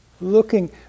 looking